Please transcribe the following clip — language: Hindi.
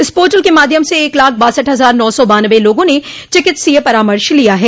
इस पोर्टल के माध्यम से एक लाख बासठ हजार नौ सौ बान्नबे लोगों ने चिकित्सीय परामर्श लिया है